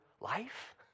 life